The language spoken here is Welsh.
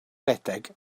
redeg